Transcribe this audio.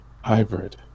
hybrid